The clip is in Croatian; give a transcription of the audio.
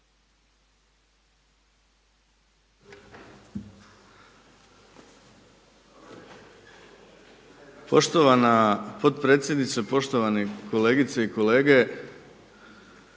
Poštovana potpredsjednice. Poštovani kolega Bačić.